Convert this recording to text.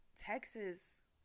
Texas